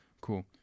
cool